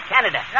Canada